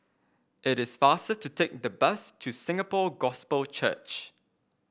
it is faster to take the bus to Singapore Gospel Church